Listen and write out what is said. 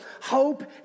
hope